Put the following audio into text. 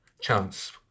chance